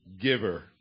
giver